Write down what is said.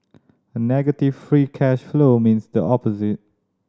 a negative free cash flow means the opposite